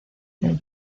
del